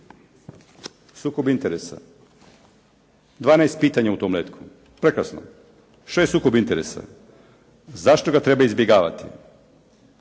sukob interesa, 12 pitanja u tom letku. Prekrasno. Što je sukob interesa? Zašto ga treba izbjegavati?